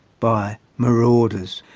by marauders.